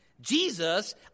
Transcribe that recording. Jesus